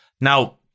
Now